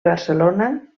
barcelona